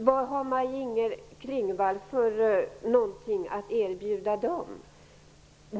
Vad har Maj Inger Klingvall för någonting att erbjuda dem?